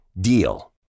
DEAL